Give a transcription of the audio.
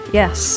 yes